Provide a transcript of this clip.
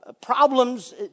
problems